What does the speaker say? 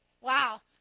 wow